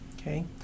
Okay